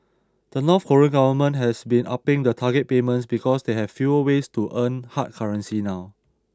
the North Korean government has been upping the target payments because they have fewer ways to earn hard currency now